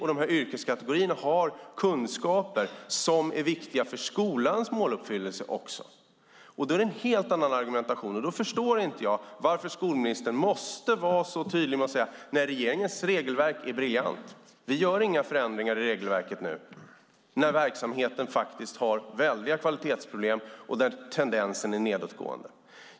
I den här yrkeskategorin finns också kunskaper som är viktiga för skolans måluppfyllelse. Då är det en helt annan argumentation, och då förstår jag inte varför skolministern måste vara så tydlig med att säga: Nej, regeringens regelverk är briljant. Vi gör inga förändringar i regelverket nu. Verksamheten har faktiskt väldiga kvalitetsproblem, och tendensen är nedåtgående.